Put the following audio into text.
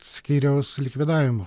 skyriaus likvidavimo